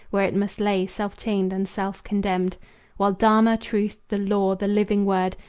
where it must lay self-chained and self-condemned while dharma, truth, the law, the living word,